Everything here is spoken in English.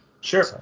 Sure